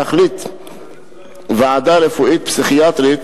על שחרורו יכולה להחליט ועדה רפואית פסיכיאטרית,